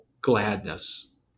gladness